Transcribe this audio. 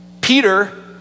Peter